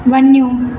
वञो